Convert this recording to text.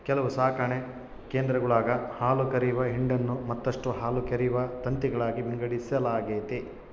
ಕೆಲವು ಸಾಕಣೆ ಕೇಂದ್ರಗುಳಾಗ ಹಾಲುಕರೆಯುವ ಹಿಂಡನ್ನು ಮತ್ತಷ್ಟು ಹಾಲುಕರೆಯುವ ತಂತಿಗಳಾಗಿ ವಿಂಗಡಿಸಲಾಗೆತೆ